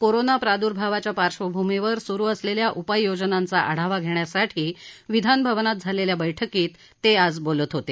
corona प्रादुर्भावाच्या पार्श्वभूमीवर सुरू असलेल्या उपाययोजनांचा आढावा घेण्यासाठी विधानभवनात झालेल्या बैठकीत ते आज बोलत होते